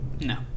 No